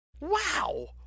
Wow